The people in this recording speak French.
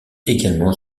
également